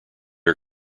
are